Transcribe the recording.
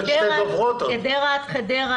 גדרה-חדרה,